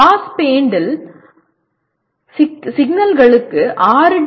pass பேண்டில் சிக்னல்களுக்கு 6 D